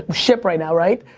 ah. shyp right now, right?